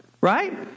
Right